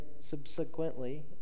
subsequently